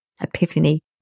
epiphany